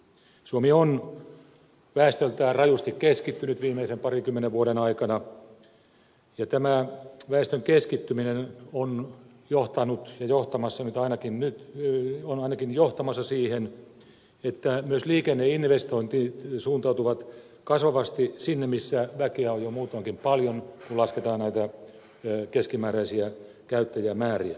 suomi on väestöltään rajusti keskittynyt viimeisten parinkymmenen vuoden aikana ja tämä väestön keskittyminen on johtanut ja johtamassa ainakin nyt siihen että myös liikenneinvestoinnit suuntautuvat kasvavasti sinne missä väkeä on jo muutoinkin paljon kun lasketaan näitä keskimääräisiä käyttäjämääriä